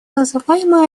называемые